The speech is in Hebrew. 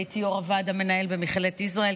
הייתי יו"ר הוועד המנהל במכללת יזרעאל,